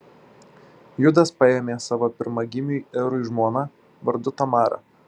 judas paėmė savo pirmagimiui erui žmoną vardu tamara